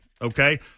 Okay